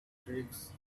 tricks